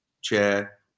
Chair